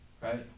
right